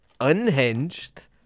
unhinged